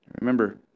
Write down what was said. Remember